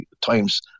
times